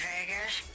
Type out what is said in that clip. Vegas